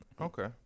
Okay